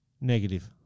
Negative